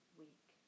week